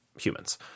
humans